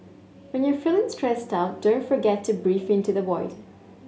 when you are feeling stressed out don't forget to breathe into the void